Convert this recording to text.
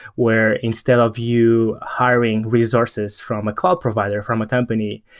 where instead of you hiring resources from a cloud provider, from a company,